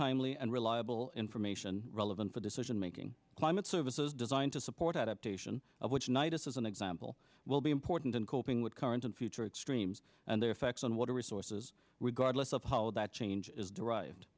timely and reliable information relevant for decision making climate services designed to support adaptation of which knight is an example will be important in coping with current and future extremes and their effects on water resources regardless of how that change is derived